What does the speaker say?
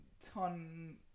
ton